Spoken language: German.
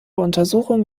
untersuchung